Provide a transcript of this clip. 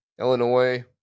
Illinois